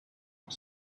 are